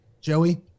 Joey